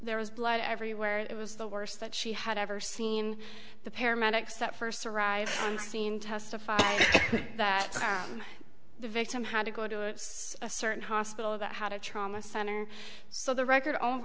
there was blood everywhere it was the worst that she had ever seen the paramedics that first arrived on scene testified that the victim had to go to a certain hospital about how to trauma center so the record all